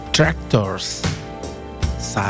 Tractors